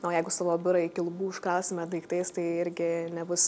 na o jeigu savo biurą iki lubų užkrausime daiktais tai irgi nebus